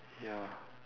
ya